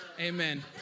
Amen